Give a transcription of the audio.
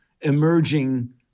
emerging